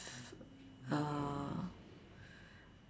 err